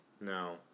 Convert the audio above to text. No